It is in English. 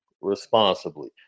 responsibly